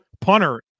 Punter